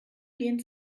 gehen